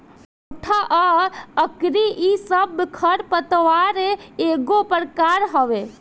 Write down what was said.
मोथा आ अकरी इ सब खर पतवार एगो प्रकार हवे